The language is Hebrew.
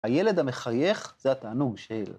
הילד המחייך זה התענוג של.